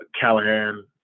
Callahan